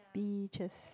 beaches